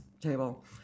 table